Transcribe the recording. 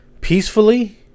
peacefully